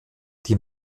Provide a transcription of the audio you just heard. die